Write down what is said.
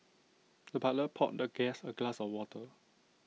the butler poured the guest A glass of water